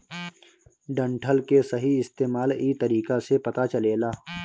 डंठल के सही इस्तेमाल इ तरीका से पता चलेला